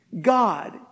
God